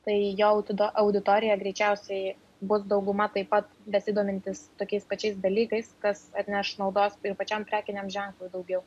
tai jo tada auditorija greičiausiai bus dauguma taip pat besidomintys tokiais pačiais dalykais kas atneš naudos ir pačiam prekiniam ženklui daugiau